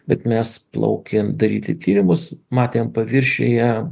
bet mes plaukėm daryti tyrimus matėm paviršiuje